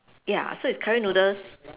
ya so it's curry noodles